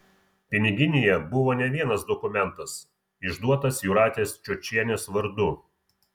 piniginėje buvo ne vienas dokumentas išduotas jūratės čiočienės vardu